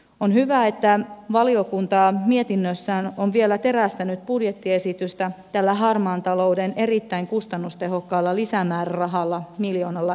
on hyvä että valiokunta mietinnössään on vielä terästänyt budjettiesitystä tällä harmaan talouden erittäin kustannustehokkaalla lisämäärärahalla miljoonalla eurolla